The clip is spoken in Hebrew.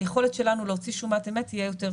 היכולת שלנו להוציא שומת אמת תהיה יותר טובה.